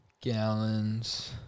Gallons